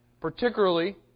Particularly